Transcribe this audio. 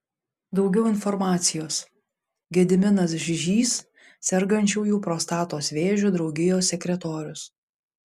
daugiau informacijos gediminas žižys sergančiųjų prostatos vėžiu draugijos sekretorius